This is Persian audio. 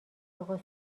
اقا